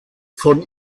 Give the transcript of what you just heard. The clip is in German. von